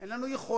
אין לנו יכולת,